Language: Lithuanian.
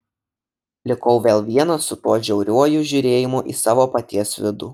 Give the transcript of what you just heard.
likau vėl vienas su tuo žiauriuoju žiūrėjimu į savo paties vidų